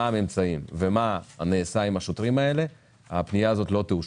מה הממצאים ומה נעשה עם השוטרים האלה הפנייה הזאת לא תאושר.